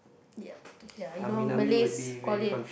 ya ya you know Malays call it